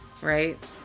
right